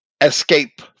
escape